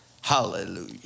Hallelujah